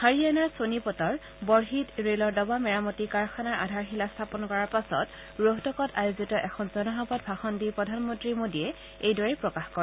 হাৰিয়ানাৰ ছোনিপটৰ বঢ়িত ৰেলৰ ডবা মেৰামতি কাৰখানাৰ আধাৰশিলা স্থাপন কৰাৰ পাছত ৰোহটকত আয়োজিত এখন জনসভাত ভাষণ দি প্ৰধানমন্ত্ৰী মোদীয়ে এইদৰে প্ৰকাশ কৰে